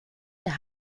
der